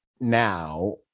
now